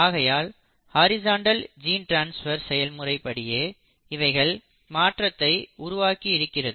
ஆகையால் horizontal gene transfer செயல்முறை படியே இவைகள் மாற்றத்தை உருவாக்கி இருக்கிறது